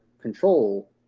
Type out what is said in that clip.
control